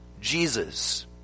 Jesus